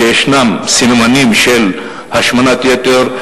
שיש סממנים של השמנת יתר,